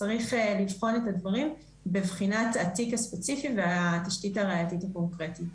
צריך לשקול את הדברים בבחינת התיק הספציפי והתשתית הראייתית הקונקרטית.